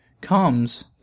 comes